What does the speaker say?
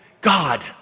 God